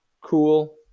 Cool